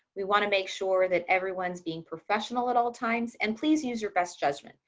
we want to make sure that everyone's being professional at all times. and please use your best judgment.